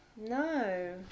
No